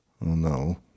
no